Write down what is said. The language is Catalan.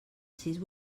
sis